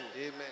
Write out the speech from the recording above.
Amen